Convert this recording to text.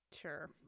Sure